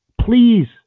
Please